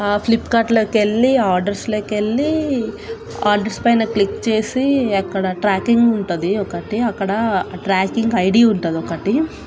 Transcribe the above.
ఫ్లిప్కార్ట్లోకి వెళ్ళి ఆర్డర్స్లోకి వెళ్ళి ఆర్డర్స్ పైన క్లిక్ చేసి అక్కడ ట్రాకింగ్ ఉంటుంది ఒకటి అక్కడ ట్రాకింగ్ ఐడి ఉంటుంది ఒకటి